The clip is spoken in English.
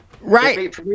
Right